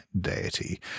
deity